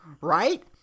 right